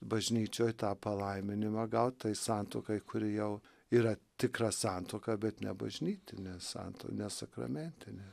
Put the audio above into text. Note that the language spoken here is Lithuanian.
bažnyčioj tą palaiminimą gaut tai santuokai kuri jau yra tikra santuoka bet ne bažnytinė santuoka ne sakramentinė